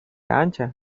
ancha